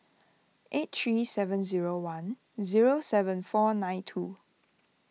eight three seven zero one zero seven four nine two